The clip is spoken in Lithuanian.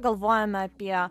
galvojame apie